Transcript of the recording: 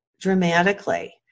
dramatically